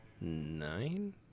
nine